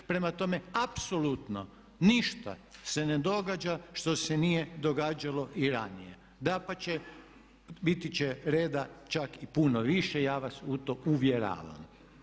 Prema tome, apsolutno ništa se ne događa što se nije događalo i ranije, dapače biti će reda čak i puno više ja vas u to uvjeravam.